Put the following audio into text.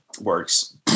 works